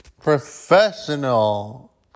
professional